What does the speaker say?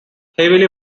heavily